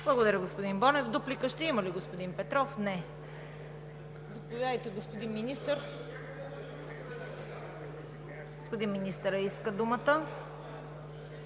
Благодаря, господин Бонев. Дуплика ще има ли, господин Петров? Не. Заповядайте, господин Министър. (Реплики.) Господин министърът иска да думата.